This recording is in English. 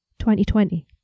2020